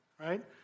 right